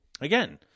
Again